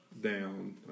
down